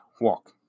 walk